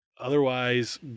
Otherwise